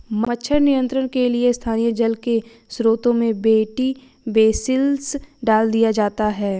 मच्छर नियंत्रण के लिए स्थानीय जल के स्त्रोतों में बी.टी बेसिलस डाल दिया जाता है